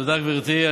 תודה, גברתי.